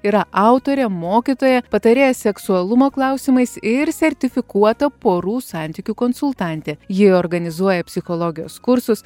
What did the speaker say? yra autorė mokytoja patarėja seksualumo klausimais ir sertifikuota porų santykių konsultantė ji organizuoja psichologijos kursus